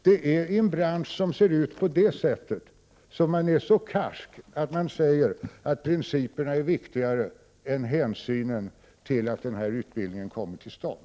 Det är i en bransch som ser ut på det sättet som man är så karsk att man säger att principerna är viktigare än hänsynen till att denna utbildning kommer till stånd.